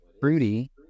fruity